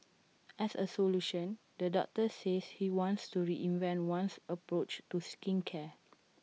as A solution the doctor says he wants to reinvent one's approach to skincare